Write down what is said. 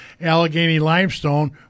Allegheny-Limestone